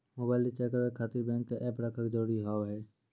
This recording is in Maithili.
मोबाइल रिचार्ज करे खातिर बैंक के ऐप रखे जरूरी हाव है?